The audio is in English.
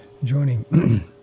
joining